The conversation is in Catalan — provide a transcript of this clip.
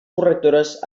correctores